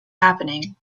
happening